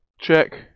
check